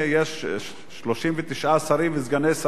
יש 39 שרים וסגני שרים,